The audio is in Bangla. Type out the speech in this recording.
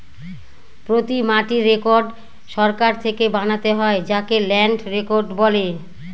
প্রতি মাটির রেকর্ড সরকার থেকে বানাতে হয় যাকে ল্যান্ড রেকর্ড বলে